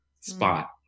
spot